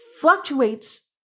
fluctuates